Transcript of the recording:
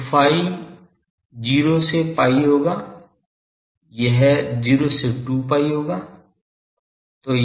तो phi 0 से pi होगा यह 0 से 2 pi होगा